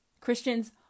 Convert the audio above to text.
Christians